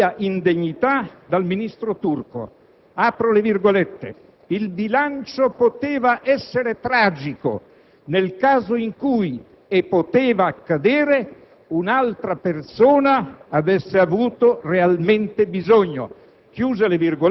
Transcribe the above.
della mia indegnità dal ministro Turco: «Il bilancio poteva essere tragico nel caso in cui - e poteva accadere - un'altra persona avesse avuto realmente bisogno»,